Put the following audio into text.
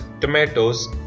Tomatoes